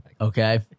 Okay